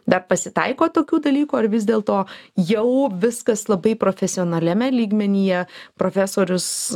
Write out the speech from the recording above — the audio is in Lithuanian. dar pasitaiko tokių dalykų ar vis dėlto jau viskas labai profesionaliame lygmenyje profesorius